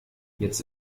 jetzt